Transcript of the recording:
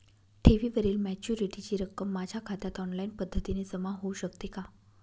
ठेवीवरील मॅच्युरिटीची रक्कम माझ्या खात्यात ऑनलाईन पद्धतीने जमा होऊ शकते का?